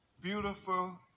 Beautiful